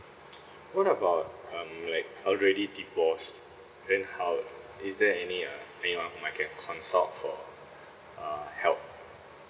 what about um like already divorced then how is there any uh anyone whom I can consult for uh help